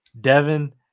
Devin